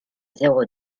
zéro